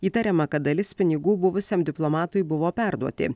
įtariama kad dalis pinigų buvusiam diplomatui buvo perduoti